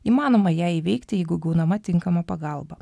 įmanoma ją įveikti jeigu gaunama tinkama pagalba